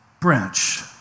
branch